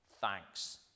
Thanks